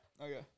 Okay